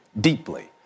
deeply